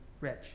rich